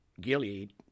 Gilead